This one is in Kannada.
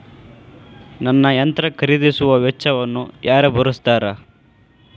ನನ್ನ ಯಂತ್ರ ಖರೇದಿಸುವ ವೆಚ್ಚವನ್ನು ಯಾರ ಭರ್ಸತಾರ್?